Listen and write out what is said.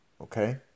okay